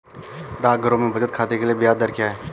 डाकघरों में बचत खाते के लिए ब्याज दर क्या है?